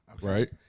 Right